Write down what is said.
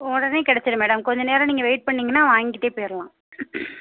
உடனே கிடச்சிரும் மேடம் கொஞ்சம் நேரம் நீங்கள் வெயிட் பண்ணிங்கன்னா வாங்கிட்டே போயிறலாம்